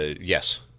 yes